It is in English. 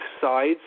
sides